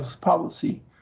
policy